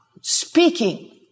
speaking